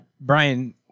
Brian